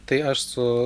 tai aš su